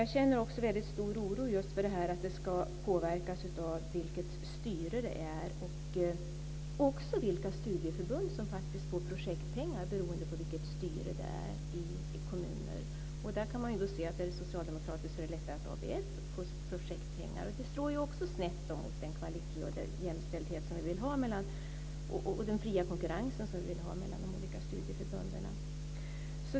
Jag känner också stor oro för att det ska påverkas av vilket styre det är och även för att det påverkar vilka studieförbund som faktiskt får projektpengar, beroende på vilket styre det är i kommunen. Är det socialdemokratiskt styre är det lättare att ABF får projektpengar. Det slår också snett mot den kvalitet, jämställdhet och fria konkurrens vi vill ha mellan de olika studieförbunden.